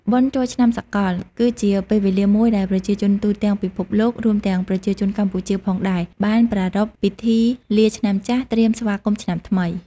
បុណ្យចូលឆ្នាំសកល គឺជាពេលវេលាមួយដែលប្រជាជនទូទាំងពិភពលោក រួមទាំងប្រជាជនកម្ពុជាផងដែរ បានប្រារព្ធពិធីលាឆ្នាំចាស់ ត្រៀមស្វាគមន៍ឆ្នាំថ្មី។